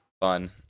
fun